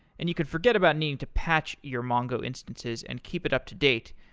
and you could forget about needing to patch your mongo instances and keep it up-to-date,